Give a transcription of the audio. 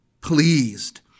pleased